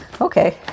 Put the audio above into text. Okay